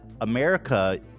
America